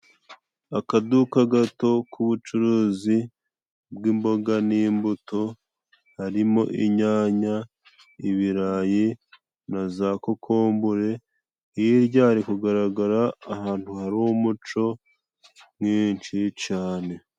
Akaduka gato k'ubucuruzi bw'imboga n'imbuto harimo inyanya, ibirayi na za kokombure, hirya hari kugaragara ahantu hari umuco mwinshi cane.